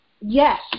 yes